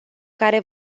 care